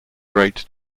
great